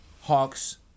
Hawks